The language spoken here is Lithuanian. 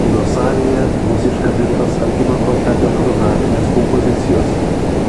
kino salėje bus iškabintos algimanto kezio fotografinės kompozicijos